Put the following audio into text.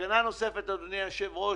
סכנה נוספת, אדוני היושב-ראש,